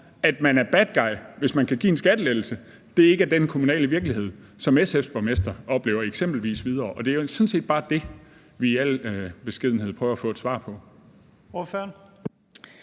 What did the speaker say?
at man er the bad guy, hvis man kan give en skattelettelse, ikke er den kommunale virkelighed, som SF's borgmester oplever i eksempelvis Hvidovre. Det er sådan set bare det, vi i al beskedenhed prøver at få et svar på.